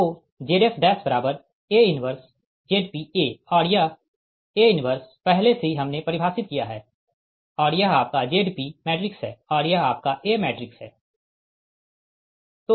तो ZsA 1ZpA और यह A 1 पहले से ही हमने परिभाषित किया है और यह आपका Zp मैट्रिक्स है और यह आपका A मैट्रिक्स है